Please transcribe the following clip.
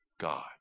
God